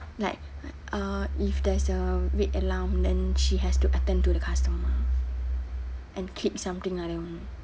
like uh if there is a red alarm then she has to attend to the customer and click something ah that one